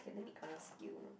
K let me ask you